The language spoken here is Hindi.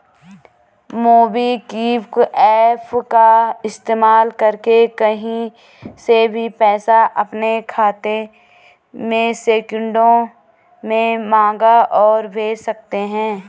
मोबिक्विक एप्प का इस्तेमाल करके कहीं से भी पैसा अपने खाते में सेकंडों में मंगा और भेज सकते हैं